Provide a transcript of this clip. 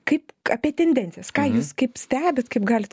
kaip apie tendencijas ką jūs kaip stebit kaip galit